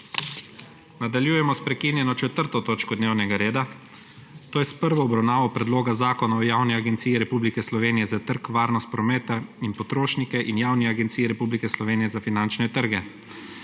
**Nadaljujemo s prekinjeno 4. točko dnevnega reda, to je s prvo obravnavo Predloga zakona o Javni agenciji Republike Slovenije za trg, varnost prometa in potrošnike in Javni agenciji Republike Slovenije za finančne trge.**